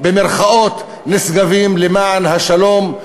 נשגבים למען השלום,